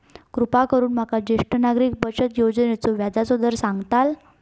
कृपा करून माका ज्येष्ठ नागरिक बचत योजनेचो व्याजचो दर सांगताल